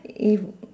if